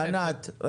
מיכאל, שאלה.